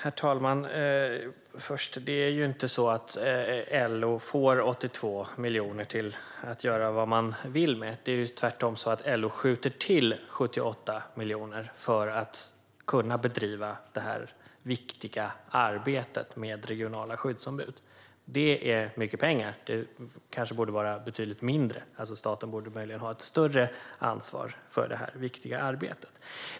Herr talman! Det är inte så att LO får 82 miljoner till att göra vad man vill med. Det är tvärtom så att LO skjuter till 78 miljoner för att kunna bedriva det viktiga arbetet med regionala skyddsombud. Det är mycket pengar. Kanske borde det vara betydligt mindre och staten ha ett större ansvar för detta viktiga arbete.